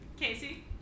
Casey